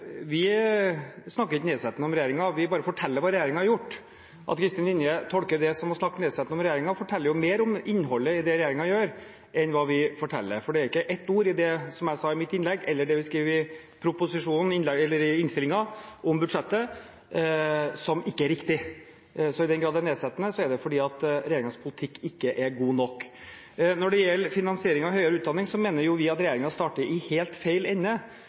Vi snakker ikke nedsettende om regjeringen, vi bare forteller hva regjeringen har gjort. At Kristin Vinje tolker det som å snakke nedsettende om regjeringen, forteller mer om innholdet i det regjeringen gjør, enn hva vi forteller, for det er ikke ett ord i det jeg sa i mitt innlegg, eller i det vi skriver i proposisjonen, i innlegget eller i innstillingen – om budsjettet – som ikke er riktig. I den grad det er nedsettende, er det fordi regjeringens politikk ikke er god nok. Når det gjelder finansiering av høyere utdanning, mener vi at regjeringen starter i helt feil ende.